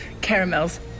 Caramels